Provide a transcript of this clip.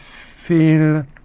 feel